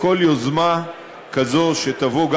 כל יוזמה כזו שתבוא,